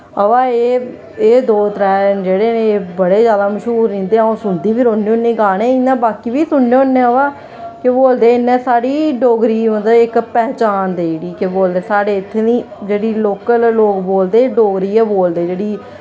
अवा एह् एह् दो त्रै न जेह्ड़े न एह् बड़े ज्यादा मश्हूर न इंदे अ'ऊं सुनदी बी रौह्न्नी होन्नी गाने इ'यां बाकी बी सुनने होन्ने अवा केह् बोलदे इ'न्नै साढ़ी डोगरी गी मतलब इक पैह्चान देई ओड़ी केह् बोलदे साढ़ी इत्थें दी जेह्ड़ी लोकल लोग बोलदे डोगरी गै बोलदे जेह्ड़ी